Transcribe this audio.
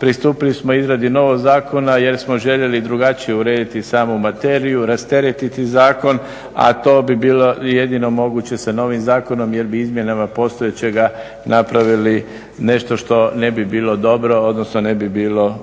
pristupili smo izradi novog zakona jer smo željeli drugačije urediti samu materiju, rasteretiti zakon, a to bi bilo jedino moguće sa novim zakonom jer bi izmjenama postojećega napravili nešto što ne bi bilo dobro odnosno ne bi bilo